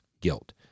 guilt